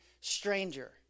stranger